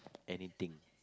anything